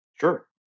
Sure